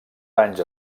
danys